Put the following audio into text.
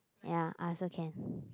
ya I also can